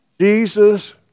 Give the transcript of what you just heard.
Jesus